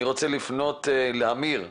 אני רוצה לפנות לאמיר,